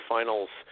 Finals